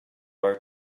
are